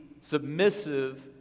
submissive